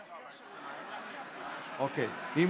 שמספרה 1523. תודה רבה, אדוני היושב-ראש.